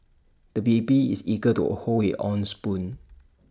the baby is eager to hold his own spoon